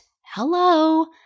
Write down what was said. Hello